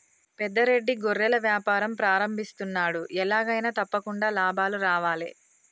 పెద్ద రెడ్డి గొర్రెల వ్యాపారం ప్రారంభిస్తున్నాడు, ఎలాగైనా తప్పకుండా లాభాలు రావాలే